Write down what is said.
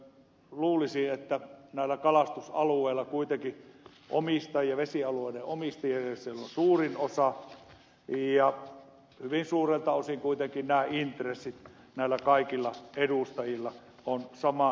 luulisi että kuitenkin kalastusalueiden kokouksissa vesialueiden omistajia on suurin osa ja hyvin suurelta osin kuitenkin nämä intressit näillä kaikilla edustajilla ovat saman suuntaiset